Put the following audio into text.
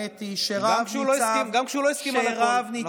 גם כשהוא לא הסכים על הכול.